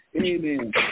Amen